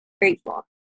grateful